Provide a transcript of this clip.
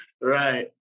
Right